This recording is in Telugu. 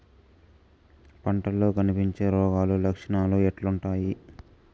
పంటల్లో కనిపించే రోగాలు లక్షణాలు ఎట్లుంటాయి?